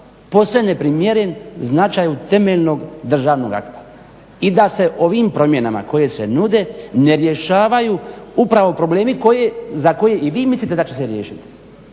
posve neprimjeren značaju temeljnog državnog akta i da se ovim promjenama koje se nude ne rješavaju upravo problemi za koje i vi mislite da će se riješiti.